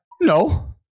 no